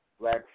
black